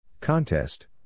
Contest